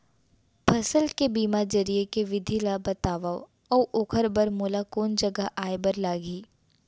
फसल के बीमा जरिए के विधि ला बतावव अऊ ओखर बर मोला कोन जगह जाए बर लागही?